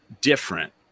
different